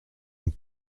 dans